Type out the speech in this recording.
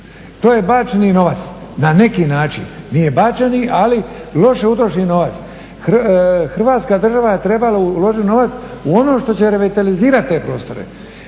To je bačeni novac, na neki način nije bačeni, ali loše utrošen novac. Hrvatska država je trebala uložiti novac u ono što će … te prostore